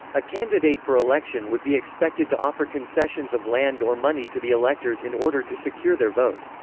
a candidate for election would be expected to offer concessions of land or money to the electors in order to secure their vote.